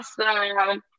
awesome